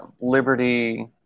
Liberty